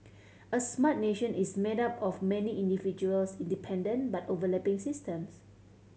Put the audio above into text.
a smart nation is made up of many individuals independent but overlapping systems